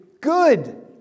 Good